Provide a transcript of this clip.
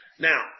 Now